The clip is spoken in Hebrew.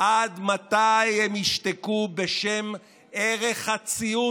עד מתי הם ישתקו בשם ערך הציות